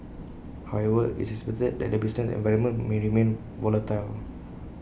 however it's expected that the business environment may remain volatile